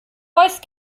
voice